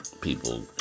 people